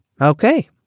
Okay